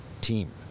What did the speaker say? team